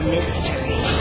Mystery